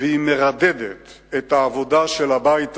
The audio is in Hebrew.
והיא מרדדת את העבודה של הבית הזה,